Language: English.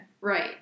Right